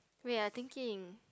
wait I thinking